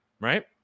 right